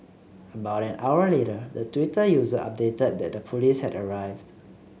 about an hour later the Twitter user updated that the police had arrived